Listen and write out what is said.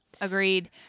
Agreed